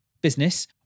business